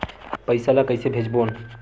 पईसा ला कइसे भेजबोन?